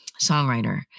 songwriter